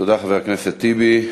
תודה, חבר הכנסת טיבי.